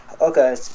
Okay